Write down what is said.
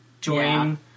join